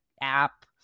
app